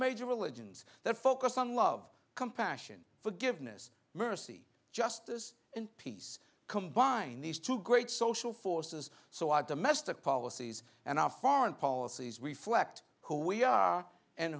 major religions that focus on love compassion forgiveness mercy justice and peace combine these two great social forces so our domestic policies and our foreign policies we flecked who we are and